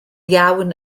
iawn